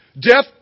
Death